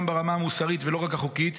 גם ברמה המוסרית ולא רק החוקית.